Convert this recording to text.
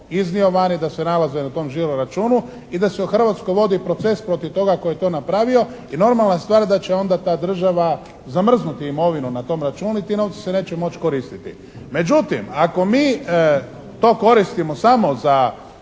iznio van i da se nalaze na tom žiro računu i da se u Hrvatskoj vodi proces protiv toga tko je to napravio i normalna stvar da će onda ta država zamrznuti imovinu na tom računu i ti novci se neće moći koristiti. Međutim, ako mi to koristimo samo za